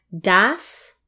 das